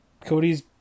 Cody's